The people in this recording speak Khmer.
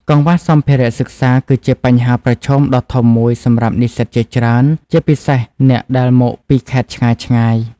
កង្វះសម្ភារៈសិក្សា គឺជាបញ្ហាប្រឈមដ៏ធំមួយសម្រាប់និស្សិតជាច្រើន ជាពិសេសអ្នកដែលមកពីខេត្តឆ្ងាយៗ។